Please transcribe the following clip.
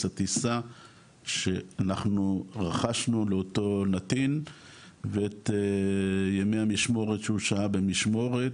הטיסה שאנחנו רכשנו לאותו נתין ואת ימי המשמורת שהוא שהה במשמורת